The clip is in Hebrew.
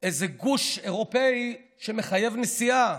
איזה גוש אירופי שמחייב נסיעה.